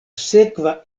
sekva